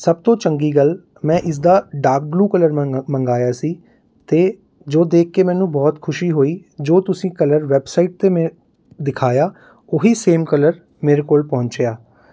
ਸਭ ਤੋਂ ਚੰਗੀ ਗੱਲ ਮੈਂ ਇਸਦਾ ਡਾਰਕ ਬਲੂ ਕਲਰ ਮੰਗ ਮੰਗਵਾਇਆ ਸੀ ਅਤੇ ਜੋ ਦੇਖ ਕੇ ਮੈਨੂੰ ਬਹੁਤ ਖੁਸ਼ੀ ਹੋਈ ਜੋ ਤੁਸੀਂ ਕਲਰ ਵੈੱਬਸਾਈਟ 'ਤੇ ਮੈਂ ਦਿਖਾਇਆ ਉਹੀ ਸੇਮ ਕਲਰ ਮੇਰੇ ਕੋਲ ਪਹੁੰਚਿਆ